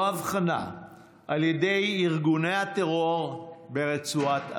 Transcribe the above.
הבחנה על ידי ארגוני הטרור ברצועת עזה.